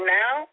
now